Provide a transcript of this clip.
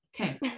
okay